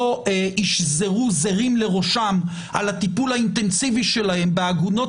לא ישזרו זרים לראשם על הטיפול האינטנסיבי שלהם בעגונות